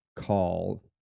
call